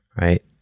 right